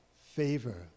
favor